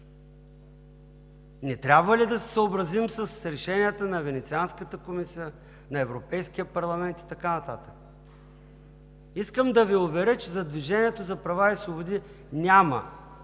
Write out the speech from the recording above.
Не трябва ли да се съобразим с решенията на Венецианската комисия, на Европейския парламент и така нататък? Искам да Ви уверя, че за „Движението за права и свободи“ няма